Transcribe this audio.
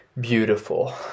beautiful